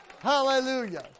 Hallelujah